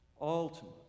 ultimately